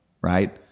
right